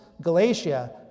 Galatia